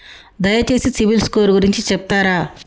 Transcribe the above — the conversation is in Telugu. దయచేసి సిబిల్ స్కోర్ గురించి చెప్తరా?